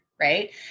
right